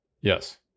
Yes